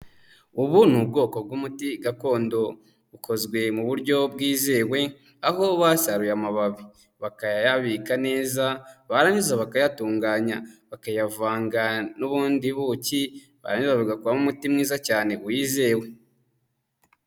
Ubu ni ubwoko bw'umuti gakondo, ukozwe mu buryo bwizewe, aho basaruye amababi bakayabika neza, barangiza bakayatunganya bakayanga n'ubundi buki, barangiza bagakuramo umuti mwiza cyane wizewe.